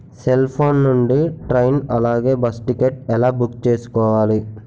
Cell phone నుండి train అలాగే bus ticket ఎలా బుక్ చేసుకోవాలి?